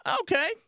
Okay